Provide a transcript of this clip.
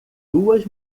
duas